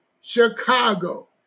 Chicago